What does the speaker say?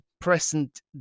present